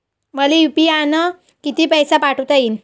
मले यू.पी.आय न किती पैसा पाठवता येईन?